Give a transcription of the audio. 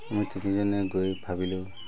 আমি তিনিজনে গৈ ভাবিলোঁ